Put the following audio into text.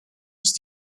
ist